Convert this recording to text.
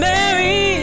Mary